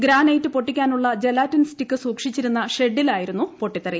granite പൊട്ടിക്കാനുള്ള gelatin stick സൂക്ഷിച്ചിരുന്ന ഷെഡിലായിരുന്നു പൊട്ടിത്തെറി